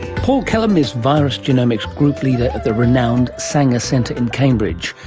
paul kellam is virus genomics group leader at the renowned sanger centre in cambridge,